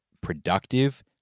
productive